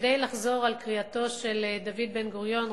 כדי לחזור על קריאתו של דוד בן-גוריון,